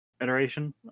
iteration